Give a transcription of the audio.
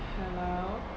hello